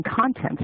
content